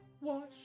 wash